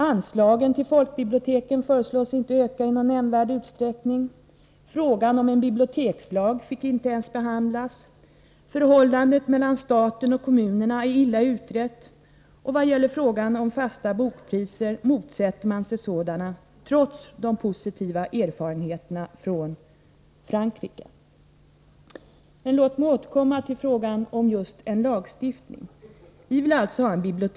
Anslagen till folkbiblioteken föreslås inte öka i nämnvärd utsträckning, frågan om en bibliotekslag fick inte ens utredas, förhållandet mellan staten och kommunerna är illa utrett, och i vad gäller frågan om fasta bokpriser motsätter man sig sådana, trots de positiva erfarenheterna från Frankrike. Men låt mig återkomma till frågan om en lagstiftning.